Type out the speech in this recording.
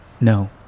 No